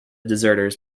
deserters